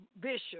Bishop